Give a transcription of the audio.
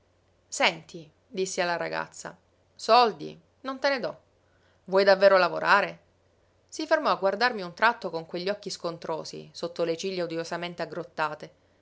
cosí senti dissi alla ragazza soldi non te ne do vuoi davvero lavorare si fermò a guardarmi un tratto con quegli occhi scontrosi sotto le ciglia